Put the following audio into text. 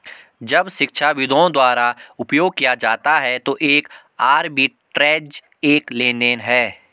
जब शिक्षाविदों द्वारा उपयोग किया जाता है तो एक आर्बिट्रेज एक लेनदेन है